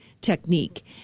technique